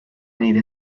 nire